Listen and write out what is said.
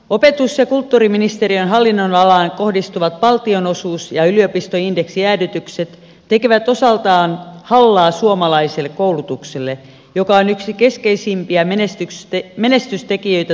opetus ja kulttuuriministeriön hallinnon alaan kohdistuvat valtionosuus ja yliopistoindeksijäädytykset tekevät osaltaan hallaa suomalaiselle koulutukselle joka on yksi keskeisim piä menestystekijöitä talouskasvuamme ajatellen